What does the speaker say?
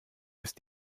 ist